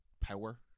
power